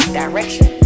direction